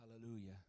hallelujah